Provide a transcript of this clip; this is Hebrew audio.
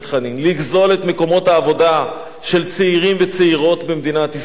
לגזול את מקומות העבודה של צעירים וצעירות במדינת ישראל,